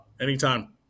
Anytime